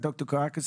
דוקטור קרקיס?